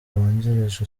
wungirije